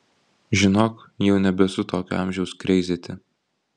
žinok jau nebesu tokio amžiaus kreizėti